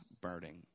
burning